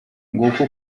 nguko